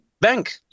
bank